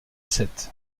seth